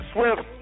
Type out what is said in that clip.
Swift